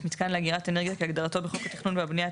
-מיתקן לאגירת אנרגיה כהגדרתו בחוק התכנון והבניה,